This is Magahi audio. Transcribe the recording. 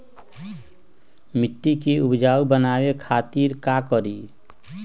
मिट्टी के उपजाऊ बनावे खातिर का करी?